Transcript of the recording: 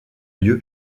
lieu